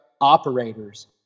operators